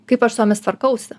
kaip aš su jomis tvarkausi